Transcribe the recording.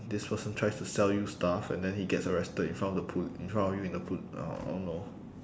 this person tries to sell you stuff and then he gets arrested in front of the pol~ in front of you in the pol~ uh I don't know